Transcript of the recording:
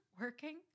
working